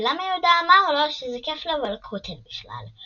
ולמה יהודה אמר לו שזה כיף לבוא לכותל בכלל.